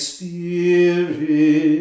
Spirit